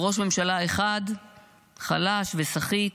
וראש ממשלה אחד חלש וסחיט.